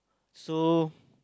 so